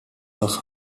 nach